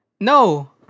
no